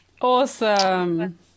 Awesome